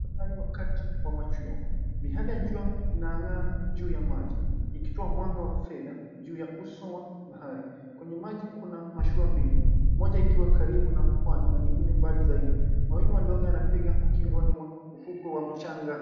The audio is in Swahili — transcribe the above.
Hapa ni wakati wa machweo miyale ya jua yanang'aa juu ya maji ikitoa mwanga ya fedha juu ya uso wa bahari, kwenye maji kuna mashua mbili moja ikiwa karibu na pwani na nyingine mbali zaidi, mawimbi madogo yanapiga kukiwa kuna ufukwe wa mchanga.